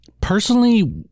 Personally